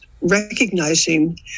recognizing